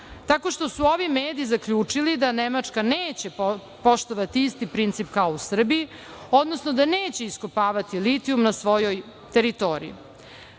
tako što su ovi mediji zaključili da Nemačka neće poštovati isti princip kao u Srbiji, odnosno da neće iskopavati litijum na svojoj teritoriji. Moram